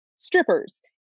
Strippers